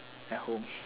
at home